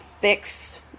fix